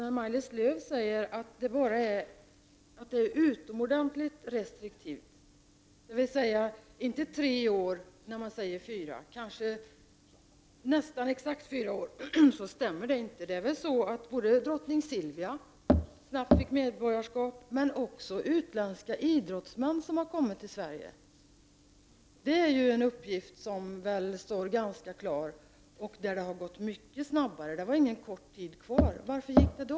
När Maj-Lis Lööw säger att undantagsregeln tillämpas utomordentligt restriktivt — inte tre år när man säger fyra, kanske nästan exakt fyra år — så stämmer inte detta. Såväl drottning Silvia som utländska idrottsmän som har kommit till Sverige har snabbt fått svenskt medborgarskap. Detta är en uppgift som står ganska klar. Då gick det mycket snabbare trots att det inte var kort tid kvar till ordinarie tid då medborgarskap skulle beviljas. Varför gick det då?